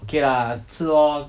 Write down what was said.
okay lah 吃 lor